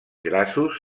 grassos